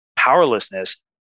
powerlessness